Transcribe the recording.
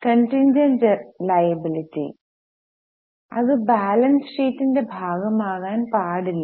contingent liability അത് balance ഷീറ്റിന്റെ ഭാഗമാകാൻ പാടില്ല